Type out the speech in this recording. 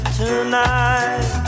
tonight